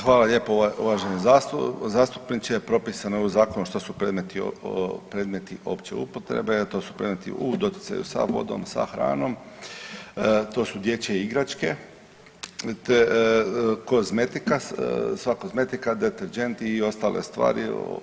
Hvala lijepa uvaženi zastupniče, propisano je u zakonu što su predmeti, predmeti opće upotrebe, to su predmeti u doticaju sa vodom, sa hranom, to su dječje igračke, kozmetika, sva kozmetika, deterdženti i ostale stvari.